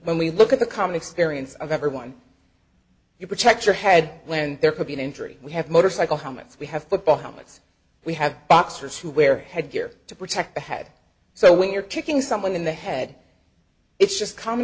when we look at the common experience of everyone you protect your head when there could be an injury we have motorcycle helmets we have football helmets we have boxers who wear headgear to protect the head so when you're kicking someone in the head it's just common